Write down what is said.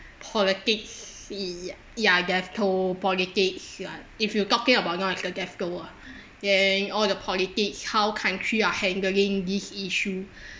politics !ee! ya ya death toll politics you are if you talking about not as a death toll ah and all the politics how country are handling this issue